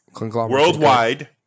Worldwide